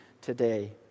today